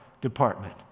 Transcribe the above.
department